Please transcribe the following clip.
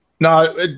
No